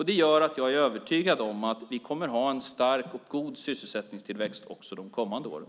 Det gör att jag är övertygad om att vi kommer att ha en stark och god sysselsättningstillväxt också under de kommande åren.